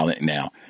Now